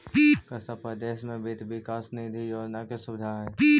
का सब परदेश में वित्त विकास निधि योजना के सुबिधा हई?